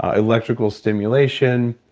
ah electrical stimulation,